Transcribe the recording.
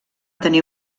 tenir